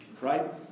right